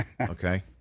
Okay